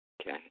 Okay